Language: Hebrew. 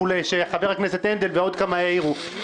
שחבר הכנסת הנדל ועוד כמה העירו לגביו,